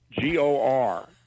G-O-R